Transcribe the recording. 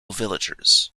villagers